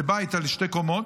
זה בית בן שני קומות.